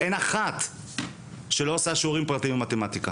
אין אחת שלא עושה שיעורים פרטיים במתמטיקה.